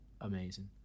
amazing